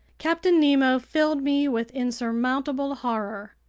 captain nemo filled me with insurmountable horror.